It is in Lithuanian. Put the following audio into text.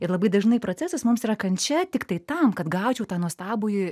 ir labai dažnai procesas mums yra kančia tiktai tam kad gaučiau tą nuostabųjį